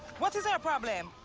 what is her problem?